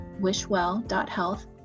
wishwell.health